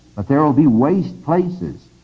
but there will be waste places,